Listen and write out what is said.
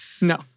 No